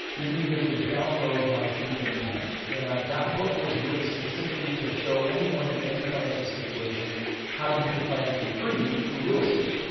you're going to be able to download my free game plan. and that book was written specifically to show anyone in any financial situation how to become financially free through real estate.